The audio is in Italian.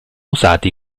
usati